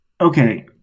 okay